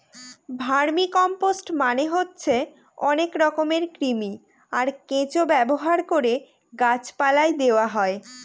vermicompost মানে হচ্ছে অনেক রকমের কৃমি, আর কেঁচো ব্যবহার করে গাছ পালায় দেওয়া হয়